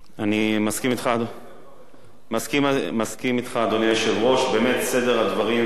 אני מסכים אתך, גם האופוזיציה מברכת.